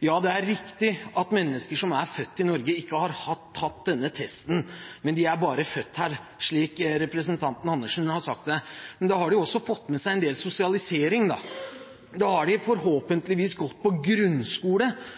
Ja, det er riktig at mennesker som er født i Norge, ikke har tatt denne testen, men bare er født her, slik representanten Andersen har sagt det. Da har de også fått med seg en del sosialisering, da har de forhåpentligvis i det minste gått på grunnskole